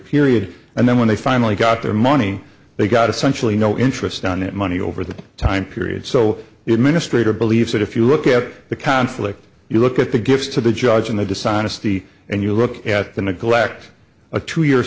period and then when they finally got their money they got essentially no interest on that money over the time period so it ministre to believe that if you look at the conflict you look at the gifts to the judge and the dishonesty and you look at the neglect a two year